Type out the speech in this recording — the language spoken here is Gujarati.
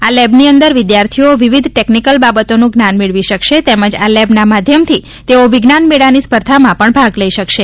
આ લેબની અંદર વિદ્યાર્થીઓ વિવિધ ટેક્ટનિકલ બાબતોનું જ્ઞાન મેળવી શક્શે તેમજ આ લેબના માધ્યમાંથી તેઓ વિજ્ઞાન મેળાની સ્પર્ધામાં પણ ભાગ લઇ શકશે